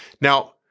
Now